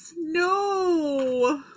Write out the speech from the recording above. No